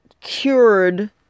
cured